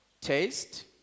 taste